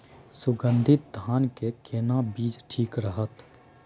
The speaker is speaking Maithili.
सुगन्धित धान के केना बीज ठीक रहत?